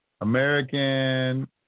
American